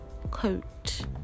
coat